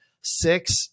six